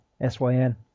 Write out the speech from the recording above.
S-Y-N